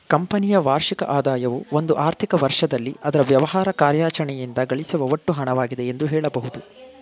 ಕಂಪನಿಯ ವಾರ್ಷಿಕ ಆದಾಯವು ಒಂದು ಆರ್ಥಿಕ ವರ್ಷದಲ್ಲಿ ಅದ್ರ ವ್ಯವಹಾರ ಕಾರ್ಯಾಚರಣೆಯಿಂದ ಗಳಿಸುವ ಒಟ್ಟು ಹಣವಾಗಿದೆ ಎಂದು ಹೇಳಬಹುದು